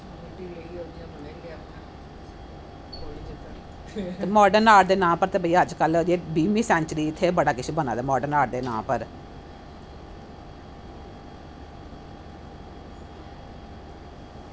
modern art दे नांऽ उपर ते अजकल बीहवीं सैन्चरी इत्थै बना किश बना दे मार्डन आर्ट दे नांऽ उप्पर